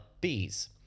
bees